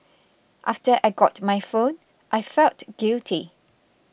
after I got my phone I felt guilty